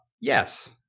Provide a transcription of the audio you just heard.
yes